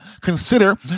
consider